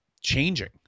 changing